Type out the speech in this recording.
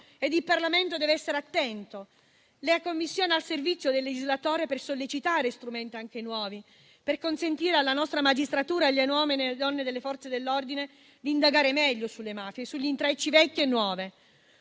e il Parlamento deve essere attento. La Commissione è al servizio del legislatore per sollecitare strumenti anche nuovi, per consentire alla nostra magistratura, agli uomini e alle donne delle Forze dell'ordine, di indagare meglio sulle mafie e sugli intrecci vecchi e nuovi.